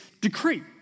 decree